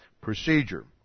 procedure